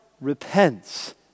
repents